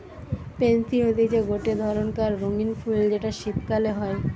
pansy হতিছে গটে ধরণকার রঙ্গীন ফুল যেটা শীতকালে হই